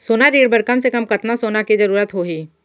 सोना ऋण बर कम से कम कतना सोना के जरूरत होही??